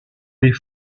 les